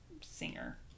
singer